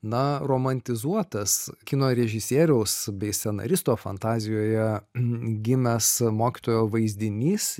na romantizuotas kino režisieriaus bei scenaristo fantazijoje gimęs mokytojo vaizdinys